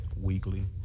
weekly